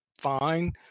fine